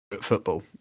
football